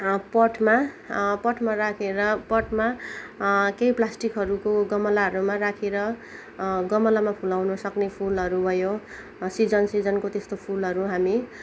पटमा पटमा राखेर पटमा केही प्लास्टिकहरूको गमलाहरूमा राखेर गमलामा फुलाउन सक्ने फुलहरू भयो सिजन सिजनको त्यस्तो फुलहरू हामी